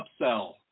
upsell